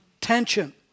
tension